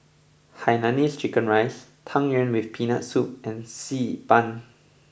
Hainanese Chicken Rice Tang Yuen with Peanut Soup and Xi Ban